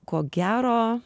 ko gero